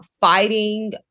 fighting